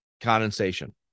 condensation